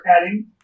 adding